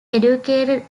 educated